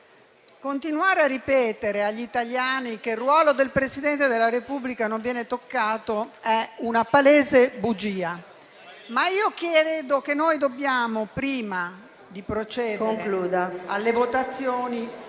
Continuare a ripetere agli italiani che il ruolo del Presidente della Repubblica non viene toccato è una palese bugia, ma io credo che noi dobbiamo, prima di procedere, interrogarci